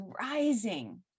rising